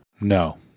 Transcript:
No